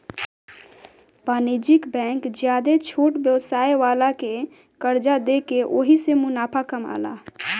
वाणिज्यिक बैंक ज्यादे छोट व्यवसाय वाला के कर्जा देके ओहिसे मुनाफा कामाला